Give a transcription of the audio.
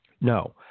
No